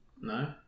no